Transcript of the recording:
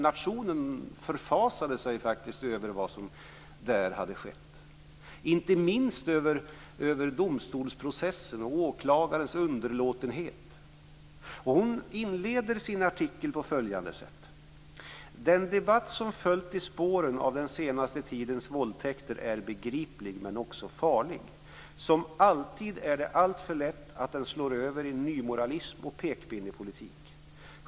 Nationen förfasade sig över vad där hade skett, inte minst över domstolsprocessen och åklagarens underlåtenhet. Margareta Winberg inleder artikeln på följande sätt: "Den debatt som följt i spåren av den senaste tidens våldtäkter är begriplig, men också farlig. Som alltid är det alltför lätt att den slår över i nymoralism och pekpinne-politik.